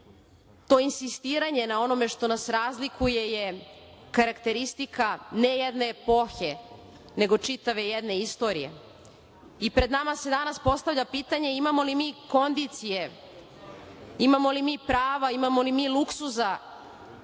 to insistiranje na onome što nas razlikuje je karakteristika ne jedne epohe, nego čitave jedne istorije. Pred nama se danas postavlja pitanje – imamo li mi kondicije, imamo li mi prava, imamo li mi luksuza